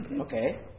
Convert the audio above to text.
Okay